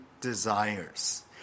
desires